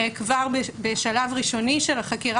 כבר בשלב ראשוני של החקירה.